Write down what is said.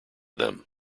them